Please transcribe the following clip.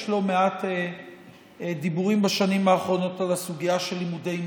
יש לא מעט דיבורים בשנים האחרונות על הסוגיה של לימודי מגדר,